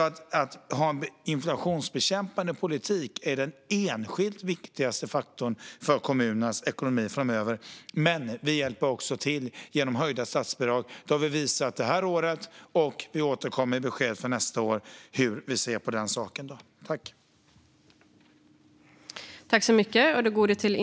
Att föra en inflationsbekämpande politik är alltså den enskilt viktigaste faktorn för kommunernas ekonomi framöver, men vi hjälper också till genom höjda statsbidrag. Det har vi visat för detta år, och vi återkommer med besked om hur vi ser på den saken för nästa år.